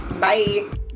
Bye